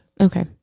Okay